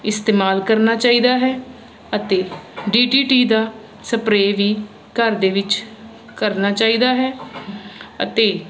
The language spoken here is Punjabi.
ਇਸਤੇਮਾਲ ਕਰਨਾ ਚਾਈਦਾ ਹੈ ਅਤੇ ਡੀ ਡੀ ਟੀ ਦਾ ਸਪਰੇਅ ਵੀ ਘਰ ਦੇ ਵਿੱਚ ਕਰਨਾ ਚਾਈਦਾ ਹੈ ਅਤੇ